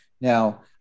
Now